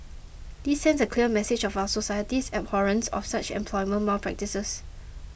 this sends a clear message of our society's abhorrence of such employment malpractices